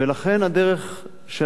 לכן הדרך שלנו,